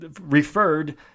referred